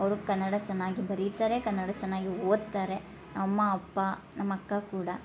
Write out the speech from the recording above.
ಅವರು ಕನ್ನಡ ಚೆನ್ನಾಗಿ ಬರೀತಾರೆ ಕನ್ನಡ ಚೆನ್ನಾಗಿ ಓದ್ತಾರೆ ಅಮ್ಮ ಅಪ್ಪ ನಮ್ಮ ಅಕ್ಕ ಕೂಡ